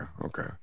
okay